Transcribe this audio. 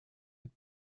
mit